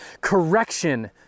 correction